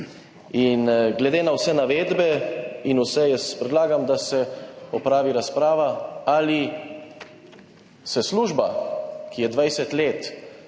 In glede na vse navedbe predlagam, da se opravi razprava, ali se služba, ki je 20 let